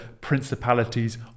principalities